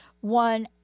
One